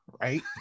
Right